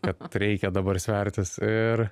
kad reikia dabar svertis ir